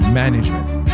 management